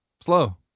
Slow